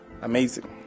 amazing